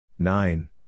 Nine